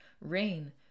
Rain